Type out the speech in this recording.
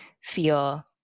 feel